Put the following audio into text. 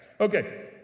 Okay